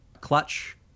clutch